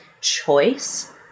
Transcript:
choice